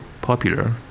popular